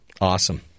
Awesome